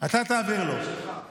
אני אעביר לו את הדברים, ברשותך.